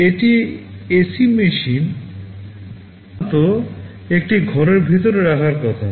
একটি AC machine সাধারণত একটি ঘরের ভিতরে রাখার কথা